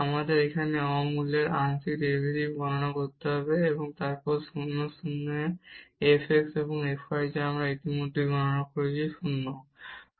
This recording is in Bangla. আমাদের এখানে অমৌলিক আংশিক ডেরিভেটিভস গণনা করতে হবে এবং তারপর 0 0 এ fx এবং fy যা আমরা ইতিমধ্যেই গণনা করেছি 0